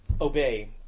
obey